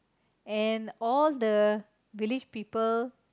and all the village people